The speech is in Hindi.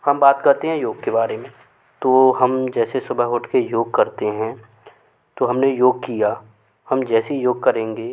हम बात करते हैं योग के बारे में तो हम जैसे सुबह उठ के योग करते हैं तो हम ने योग किया हम जैसे योग करेंगे